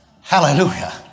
Hallelujah